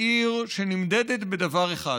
היא עיר שנמדדת בדבר אחד,